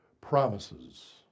promises